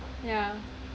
yeah